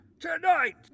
Tonight